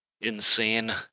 Insane